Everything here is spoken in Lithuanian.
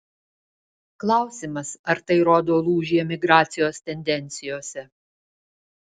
klausimas ar tai rodo lūžį emigracijos tendencijose